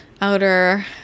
Outer